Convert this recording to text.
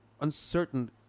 uncertain